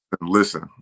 Listen